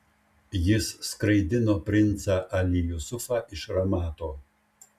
jis skraidino princą ali jusufą iš ramato